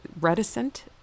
reticent